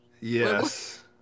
Yes